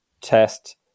test